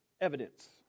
evidence